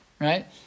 right